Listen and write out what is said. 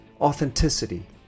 authenticity